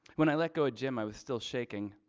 when i let go, jim, i was still shaking.